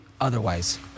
otherwise